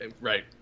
right